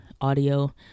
audio